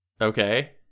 Okay